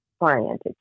oriented